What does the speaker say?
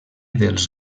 dels